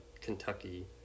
Kentucky